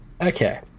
Okay